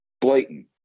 blatant